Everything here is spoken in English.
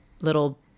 little